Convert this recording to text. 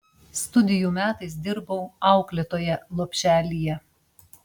studijų metais dirbau auklėtoja lopšelyje